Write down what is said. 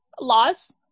laws